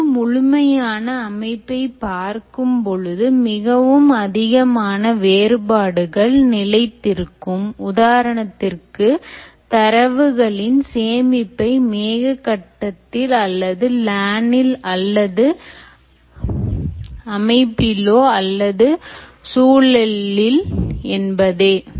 ஒரு முழுமையான அமைப்பை பார்க்கும் பொழுது மிகவும் அதிகமான வேறுபாடுகள் நிலைத்திருக்கும் உதாரணத்திற்கு தரவுகளின் சேமிப்பு மேக கட்டத்தில் அல்லது LAN இல் அல்லது அமைப்பிலோ அல்லது சூழலில் என்பதே